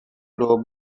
pro